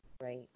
right